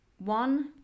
One